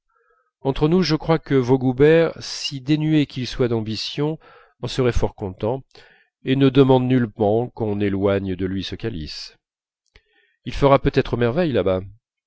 entre nous je crois que vaugoubert si dénué qu'il soit d'ambition en serait fort content et ne demande nullement qu'on éloigne de lui ce calice il fera peut-être merveille là-bas